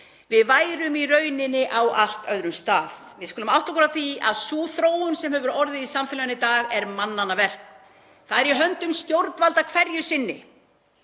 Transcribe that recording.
Við værum í rauninni á allt öðrum stað. Við skulum átta okkur á því að sú þróun sem hefur orðið í samfélaginu í dag er mannanna verk. Það er í höndum stjórnvalda hverju sinni